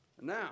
Now